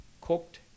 cooked